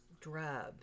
drab